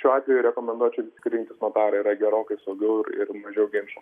šiuo atveju rekomenduočiau rinktis notarą yra gerokai saugiau ir mažiau ginčų